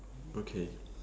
okay